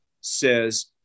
says